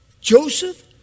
Joseph